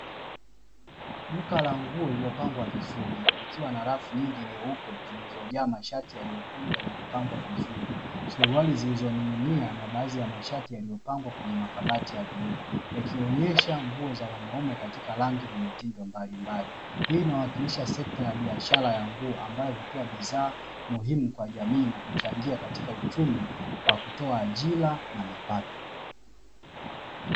Duka la nguo lililopangwa vizuri likiwa na rafu nyingi nyeupe zilizojaa mashati yaliyokunjwa na kupangwa vizuri; suruali zilizoning'inia na baadhi ya mashati yaliyopangwa kwenye makabati ya vioo, yakionesha nguo za wanaume katika rangi na mitindo mbalimbali. Hii inawakilisha sekta ya biashara ya nguo ambayo hutoa bidhaa muhimu kwa jamii na kuchangia katika uchumi kwa kutoa ajira na mapato.